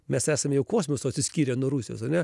mes esam jau kosmosu atsiskyrę nuo rusijos ane